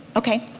okay.